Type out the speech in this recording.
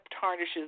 tarnishes